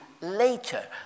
later